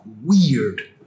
weird